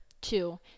Two